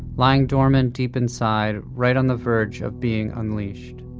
lying dormant deep inside, right on the verge of being unleashed